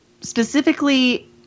Specifically